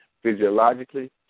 physiologically